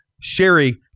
Sherry